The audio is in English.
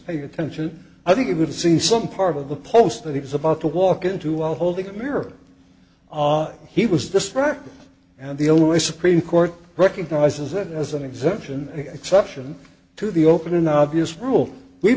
paying attention i think it would see some part of the post that he was about to walk into while holding a mirror on he was distracted and the only supreme court recognizes that as an exemption exception to the open obvious rule we